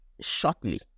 shortly